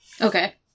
Okay